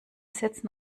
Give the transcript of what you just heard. setzen